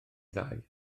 ddau